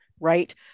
right